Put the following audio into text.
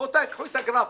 רבותיי, קחו את הגרפים.